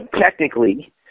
technically